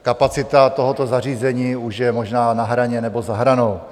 Kapacita tohoto zařízení už je možná na hraně nebo za hranou.